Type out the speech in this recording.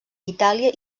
itàlia